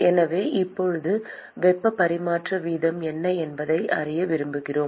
எனவே இப்போது வெப்ப பரிமாற்ற வீதம் என்ன என்பதை அறிய விரும்புகிறோம்